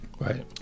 Right